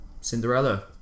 Cinderella